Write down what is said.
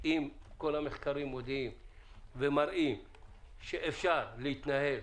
אם כל המחקרים מראים שאפשר להתנהל,